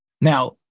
Now